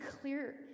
clear